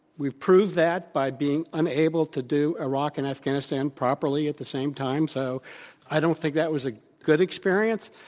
we proved that by being unable to do iraq and afghanistan properly at the same time, so i don't think that was a good experience.